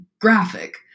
graphic